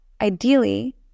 ideally